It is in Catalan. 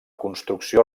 construcció